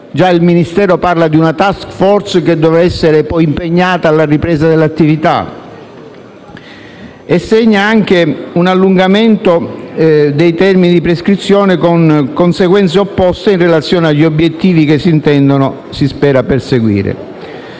- il Ministero parla già di una *task force*, che dovrà essere poi impegnata alla ripresa dell'attività - e segna anche un allungamento dei termini di prescrizione, con conseguenze opposte in relazione agli obiettivi che si spera si intendano perseguire.